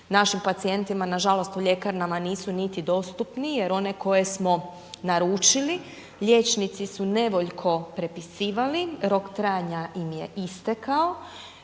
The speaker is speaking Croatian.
našim pacijentima nažalost u ljekarnama nisu niti dostupni, jer one koje smo naručili, liječnici su nevoljko prepisivali rok trajanja im je istekao.